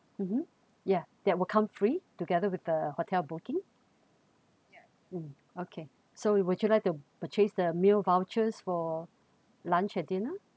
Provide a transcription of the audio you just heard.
mmhmm yeah that will come free together with the hotel booking mm okay so would you like to purchase the meal vouchers for lunch and dinner